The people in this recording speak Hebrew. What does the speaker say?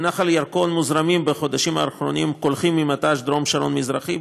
לנחל הירקון מוזרמים בחודשים האחרונים קולחין ממט"ש דרום שרון מזרחי,